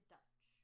Dutch